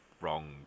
wrong